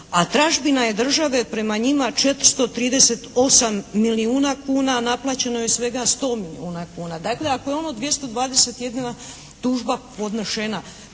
a tražbina je države prema njima 438 milijuna kuna. A naplaćeno je svega 100 milijuna kuna. Dakle ako je ova 221 tužba podnešena